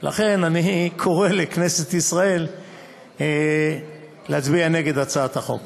לכן אני קורא לכנסת ישראל להצביע נגד הצעת החוק.